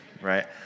Right